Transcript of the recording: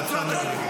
את יותר גרועה.